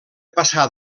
passar